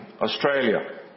Australia